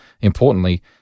importantly